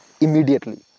immediately